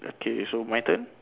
okay so my turn